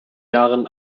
jahren